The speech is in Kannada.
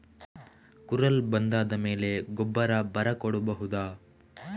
ಕುರಲ್ ಬಂದಾದ ಮೇಲೆ ಗೊಬ್ಬರ ಬರ ಕೊಡಬಹುದ?